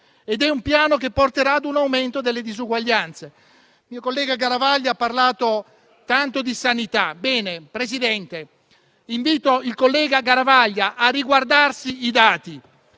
la crescita, e porterà ad un aumento delle disuguaglianze! Il mio collega Garavaglia ha parlato tanto di sanità; signora Presidente, invito il collega Garavaglia a riguardarsi i dati: